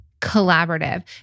collaborative